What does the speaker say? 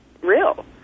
real